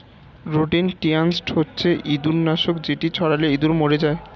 rodenticide হচ্ছে ইঁদুর নাশক যেটি ছড়ালে ইঁদুর মরে যায়